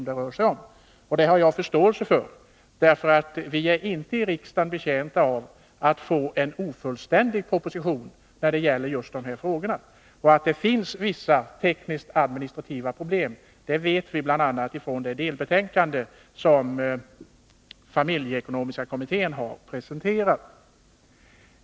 Det har jag förståelse för. Vi är nämligen i riksdagen inte betjänta av att få en ofullständig proposition när det gäller just de här frågorna, och vi vet att det finns vissa teknisk-administrativa problem, bl.a. med utgångspunkt i det delbetänkande som familjeekonomiska kommittén har presenterat.